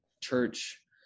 church